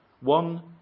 one